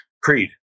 Creed